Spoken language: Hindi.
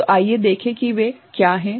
तो आइए देखें कि वे क्या हैं